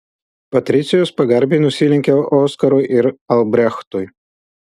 patricijus pagarbiai nusilenkė oskarui ir albrechtui